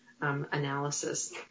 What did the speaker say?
analysis